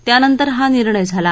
त्यानंतर हा निर्णय झाला